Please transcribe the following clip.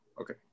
Okay